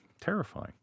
terrifying